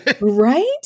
right